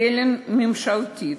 קרן ממשלתית,